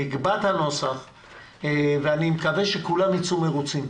נקבע את הנוסח ואני מקווה שכולם יצאו מרוצים,